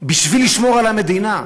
בשביל לשמור על המדינה,